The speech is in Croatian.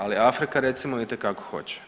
Ali Afrika, recimo, itekako hoće.